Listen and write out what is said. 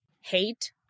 hate